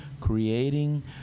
creating